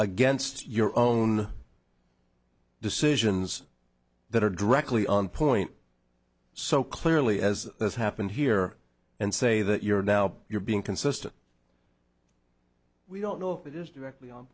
against your own decisions that are directly on point so clearly as has happened here and say that you're now you're being consistent we don't know if it is directly on